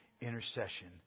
intercession